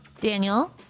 Daniel